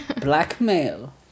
blackmail